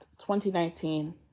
2019